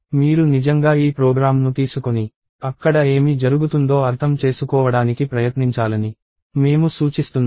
మీరు నిజంగా ఈ ప్రోగ్రామ్ను తీసుకొని అక్కడ ఏమి జరుగుతుందో అర్థం చేసుకోవడానికి ప్రయత్నించాలని మేము సూచిస్తున్నాము